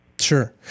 Sure